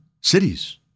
cities